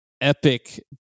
epic